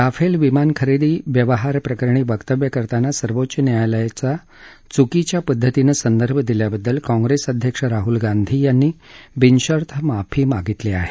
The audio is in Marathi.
राफेल विमान खरेदी व्यवहारप्रकरणी वक्तव्य करताना सर्वोच्च न्यायालयाचा चुकीच्या पद्धतीनं संदर्भ दिल्याबद्दल काँग्रेस अध्यक्ष राहुल गांधी यांनी बिनशर्त माफी मागितली आहे